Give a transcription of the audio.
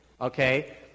okay